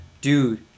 Dude